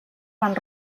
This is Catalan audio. van